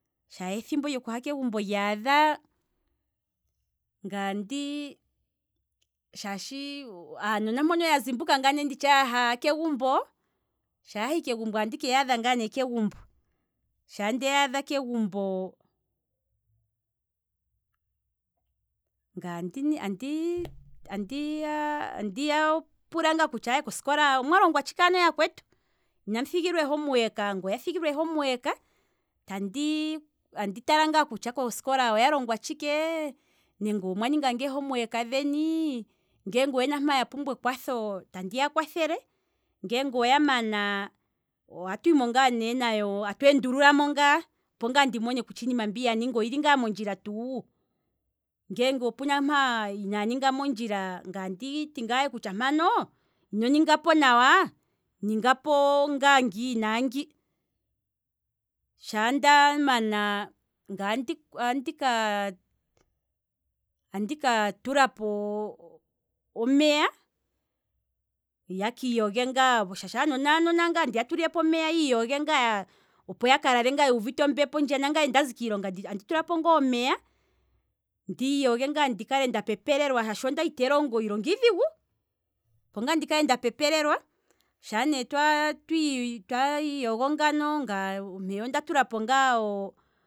Shaa ethimbo lyokuha kegumbo lyaadha, ngaye andi shaashi aanona mpono yazimbuka ngaano yaha kegumbo, shaa yahi kegumbo andike yaadha ngaa ne kegumbo, shaa nde yaadha kegumbo, ngaye andi andi andi yapula ngaa kutya omwa longwa tshike ano yakwetu, inamu thigilwa ee homework, sha ya thigilwa ngaye andi tala ngaa kutya oya longwa tshike, nenge omwa ninga ngaa ee homework dheni, ngeenge oya pumbwa ekwatho, tandi ya kwathele, ngeenge oya mana, ohatu himo ngaa nee nayo tatu endululamo ngaa tu tale iinima mbi yaninga oyilingaa mondjila tuu, ngeenge kayili mondjilangaye anditi mpano, ino ningapo nawa ninga po ngaa ngi naangi, shaa ndamana andika andika tulapo omeya, ya kiiyoge ngaa, shaashi aanona aanona ngaa, ya kiiyoge ngaa opo ngaa ya kalale yuuvite ombepo ndjiya, nangaye ndazi kiilonga andi tulapo ngaa omeya ndii yoge ngaa ndikale nda pepelelwa shaashi ondali te longo, iilonga iidhigu, opo nga ndi kale nda pepelelwa, shaa ne twa- twa- twiiyogo ngano, ngaye mpeya onda tu lapo ngaa.